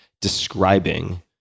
describing